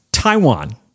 Taiwan